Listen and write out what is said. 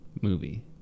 movie